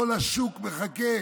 כל השוק מחכה